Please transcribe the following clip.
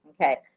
Okay